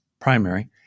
primary